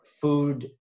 food